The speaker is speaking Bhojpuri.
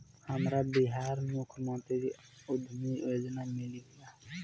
हमरा बिहार मुख्यमंत्री उद्यमी योजना मिली का?